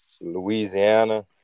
Louisiana